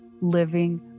living